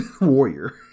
warrior